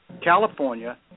California